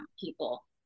people